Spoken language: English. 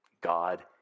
God